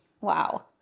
Wow